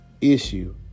issue